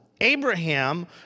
Abraham